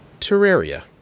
Terraria